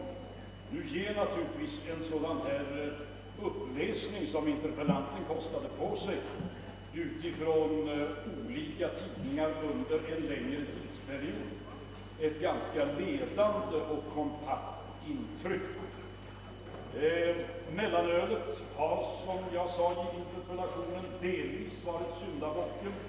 En sådan uppläsning av uttalanden i olika tidningar under en längre tidsperiod, som interpellanten gjorde, ger naturligtvis ett ganska ledande och kompakt intryck. Mellanölet har, såsom jag framhöll i interpellationssvaret, delvis varit syndabocken.